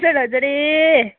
हजुर हजुर ए